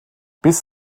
bis